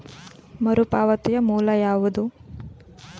ಮರುಪಾವತಿಯ ಮೂಲ ಯಾವುದು?